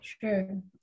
Sure